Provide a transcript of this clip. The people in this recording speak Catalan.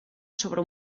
sobre